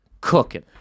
cooking